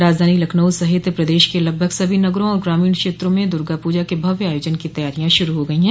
राजधानी लखनऊ सहित प्रदेश के लगभग सभी नगरों और ग्रामीण क्षेत्रों में दुर्गा पूजा के भव्य आयोजन की तैयारियां शुरू हो गई हैं